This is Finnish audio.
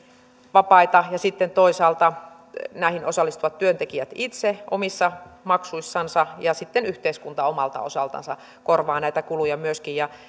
vapaita ja sitten toisaalta näihin osallistuvat työntekijät itse omissa maksuissansa ja sitten yhteiskunta omalta osaltansa korvaa näitä kuluja myöskin